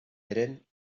eren